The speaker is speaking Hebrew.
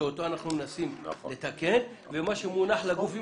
שאותו אנחנו נתקן ומה שמונח בפני הגופים